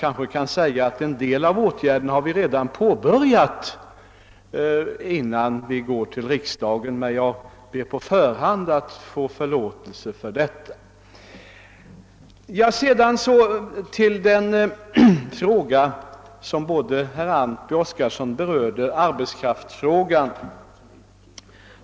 Kanske kan jag nämna att vi har påbörjat en del av åtgärderna redan innan vi går till riksdagen; jag ber på förhand om överseende för detta. Både herr Antby och herr Oskarson berörde arbetskraftsfrågan.